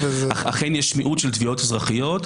אכן יש מיעוט של תביעות אזרחיות,